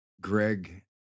Greg